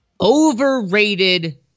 Overrated